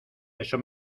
eso